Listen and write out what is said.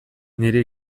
nire